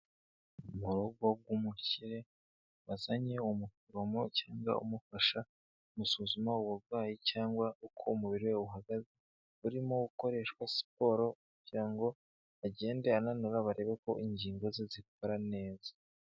Mu rugo rw'umukire wazanye umuforomo cyangwa umufasha gusuzuma uburwayi cyangwa uko umubiri we uhagaze, urimo ukoreshwa siporo kugira ngo agende ananura barebe ko ingingo ze zikora neza.